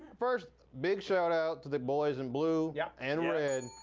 first big shout out to the boys in blue yeah and red.